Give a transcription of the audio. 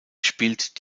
spielt